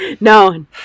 No